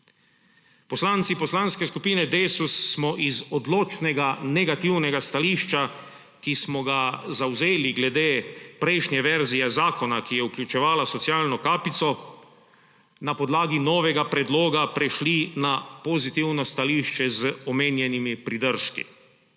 Poslanci Poslanske skupine Desus smo iz odločnega negativnega stališča, ki smo ga zavzeli glede prejšnje verzije zakona, ki je vključevala socialno kapico, na podlagi novega predloga prešli na pozitivno stališče z omenjenimi pridržki.